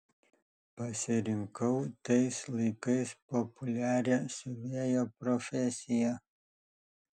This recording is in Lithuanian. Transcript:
pasirinkau tais laikais populiarią siuvėjo profesiją